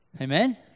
Amen